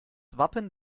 wappen